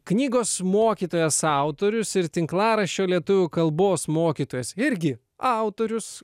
knygos mokytojas autorius ir tinklaraščio lietuvių kalbos mokytojas irgi autorius